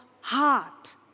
heart